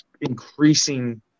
increasing